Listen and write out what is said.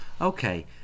Okay